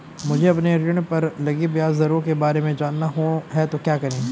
मुझे अपने ऋण पर लगी ब्याज दरों के बारे में जानना है तो क्या करें?